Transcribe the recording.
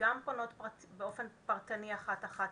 סוציאליות גם פונות באופן פרטני אחת אחת,